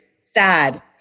sad